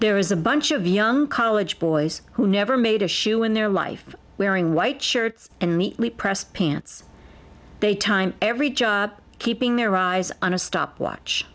there is a bunch of young college boys who never made a shoe in their life wearing white shirts and neatly pressed pants they time every job keeping their eyes on a stopwatch